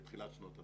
בתחילת שנות התשעים.